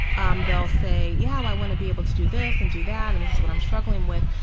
um they'll say, yeah, i want to be able to do this and do that, and this is what i'm struggling with.